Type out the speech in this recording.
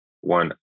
one